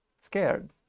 scared